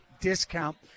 discount